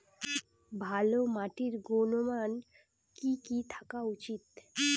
ভালো মাটির গুণমান কি কি থাকা উচিৎ?